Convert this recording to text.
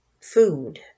food